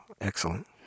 excellent